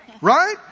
Right